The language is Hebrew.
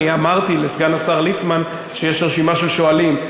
אני אמרתי לסגן השר ליצמן שיש רשימה של שואלים.